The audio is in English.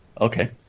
Okay